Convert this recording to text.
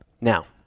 Now